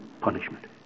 punishment